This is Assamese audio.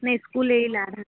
নে ইস্কুল